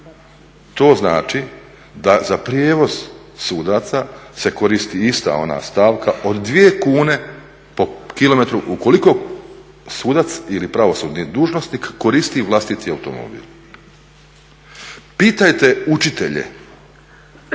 To znači da za prijevoz sudaca se koristi ista ona stavka od 2 kune po kilometru ukoliko sudac ili pravosudni dužnosnik koristi vlastiti automobil. Pitajte učitelje,